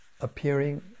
appearing